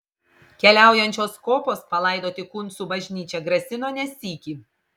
keliaujančios kopos palaidoti kuncų bažnyčią grasino ne sykį